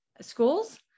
schools